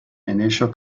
initial